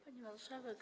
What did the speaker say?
Pani Marszałek!